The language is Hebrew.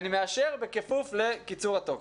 אני מאשר בכפוף לקיצור התוקף.